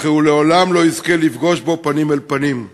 אך הוא לעולם לא יזכה לפגוש בו פנים אל פנים.